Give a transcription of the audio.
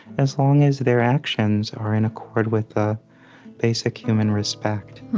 as long as their actions are in accord with ah basic human respect.